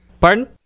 Pardon